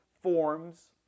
forms